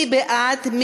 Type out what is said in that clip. מי בעד?